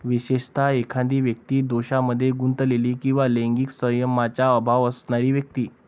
विशेषतः, एखादी व्यक्ती दोषांमध्ये गुंतलेली किंवा लैंगिक संयमाचा अभाव असणारी व्यक्ती